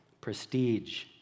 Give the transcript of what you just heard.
prestige